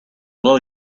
blow